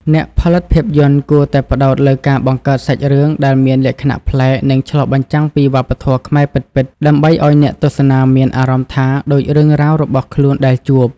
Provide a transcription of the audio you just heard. អ្នកផលិតភាពយន្តគួរតែផ្តោតលើការបង្កើតសាច់រឿងដែលមានលក្ខណៈប្លែក និងឆ្លុះបញ្ចាំងពីវប្បធម៌ខ្មែរពិតៗ ដើម្បីឲ្យអ្នកទស្សនាមានអារម្មណ៍ថាដូចរឿងរ៉ាវរបស់ខ្លួនដែលជួប។